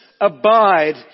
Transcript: abide